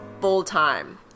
full-time